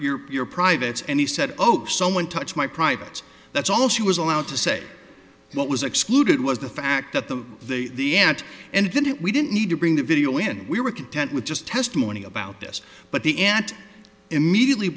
touch your privates and he said oh someone touch my privates that's all she was allowed to say what was excluded was the fact that the the the aunt and then it we didn't need to bring the video in we were content with just testimony about this but the aunt immediately